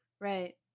Right